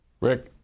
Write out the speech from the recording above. Rick